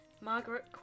Margaret